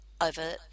over